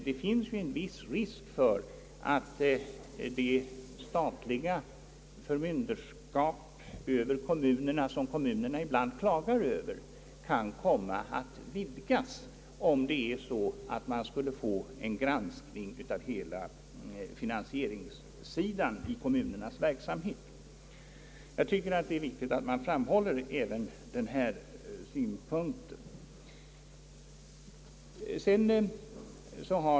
Det finns en viss risk för att det statliga förmynderskap över kommunerna, som kommunerna ibland klagar över, kan komma att vidgas om vi skulle få en granskning av hela finansieringssidan i kommunernas verksamhet. Jag tycker det är viktigt att framhålla även denna synpunkt.